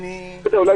כדי להיות הוגן